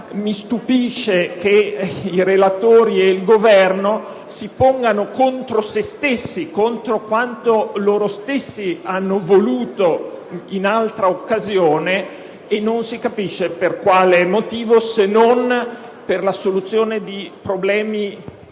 mi stupisce che i relatori e il Governo si pongano contro se stessi, cioè contro quanto loro stessi hanno voluto in altra recente occasione. Non se ne comprende il motivo, se non per la soluzione di problemi,